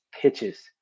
pitches